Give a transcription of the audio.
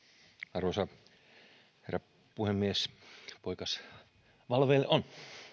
arvoisa herra puhemies poikas valveill on